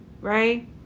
Right